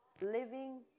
living